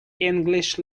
english